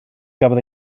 gafodd